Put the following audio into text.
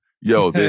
Yo